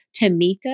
Tamika